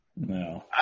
No